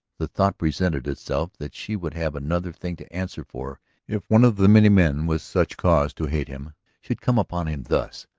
the thought presented itself that she would have another thing to answer for if one of the many men with such cause to hate him should come upon him thus.